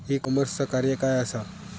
E कॉमर्सचा कार्य काय असा?